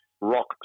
rock